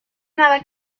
nada